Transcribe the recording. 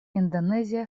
индонезия